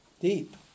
Deep